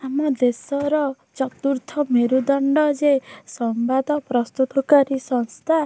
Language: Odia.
ଆମ ଦେଶର ଚତୁର୍ଥ ମେରୁଦଣ୍ଡ ଯେ ସମ୍ବାଦ ପ୍ରସ୍ତୁତକାରୀ ସଂସ୍ଥା